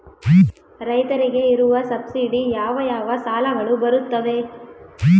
ರೈತರಿಗೆ ಇರುವ ಸಬ್ಸಿಡಿ ಯಾವ ಯಾವ ಸಾಲಗಳು ಬರುತ್ತವೆ?